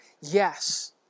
Yes